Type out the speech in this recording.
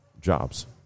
jobs